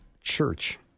Church